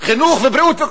חינוך ובריאות,